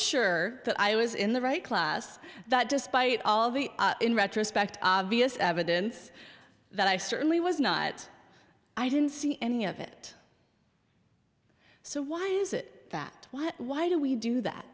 sure that i was in the right class that despite all the in retrospect obvious evidence that i certainly was not i didn't see any of it so why is it that while why do we do that